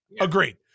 Agreed